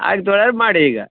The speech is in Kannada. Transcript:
ಆಗ್ತು ಅಂದ್ರೆ ಮಾಡಿ ಈಗ